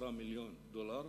110 מיליון דולר.